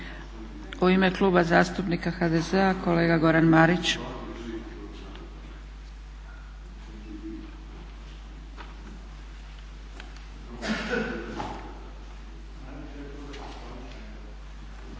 U ime Kluba zastupnika HDZ-a kolega Goran Marić.